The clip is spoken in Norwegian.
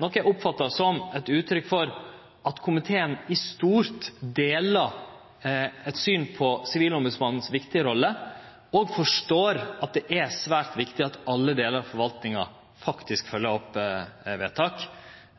noko eg oppfattar som eit uttrykk for at komiteen i stort deler eit syn på Sivilombodsmannens viktige rolle, og forstår at det er svært viktig at alle delar av forvaltninga faktisk følgjer opp vedtak.